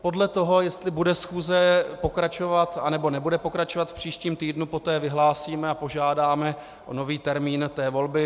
Podle toho, jestli bude schůze pokračovat, anebo nebude pokračovat v příštím týdnu, poté vyhlásíme a požádáme o nový termín volby.